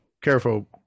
careful